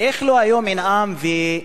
ואיך לא אנאם היום,